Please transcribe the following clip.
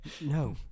No